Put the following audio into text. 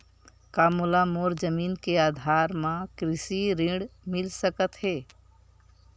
का मोला मोर जमीन के आधार म कृषि ऋण मिल सकत हे?